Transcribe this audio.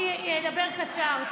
אני אדבר קצר.